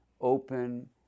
open